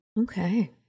okay